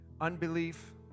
unbelief